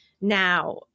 now